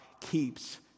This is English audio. keeps